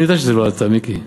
אני יודע שזה לא אתה, מיקי.